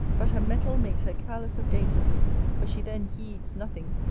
but her mettle makes her careless of danger for she then heeds nothing,